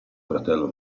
fratello